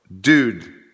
dude